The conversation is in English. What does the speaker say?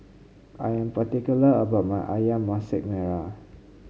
I am particular about my ayam Masak Merah